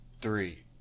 three